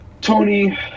Tony